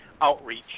outreach